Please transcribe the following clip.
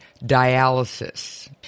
dialysis